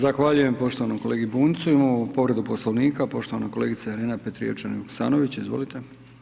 Zahvaljujem poštovanom kolegi Bunjcu, imamo povredu Poslovnika, poštovana kolegica Irena Petrijevčanin Vuksanović, izvolite.